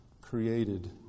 created